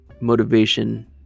motivation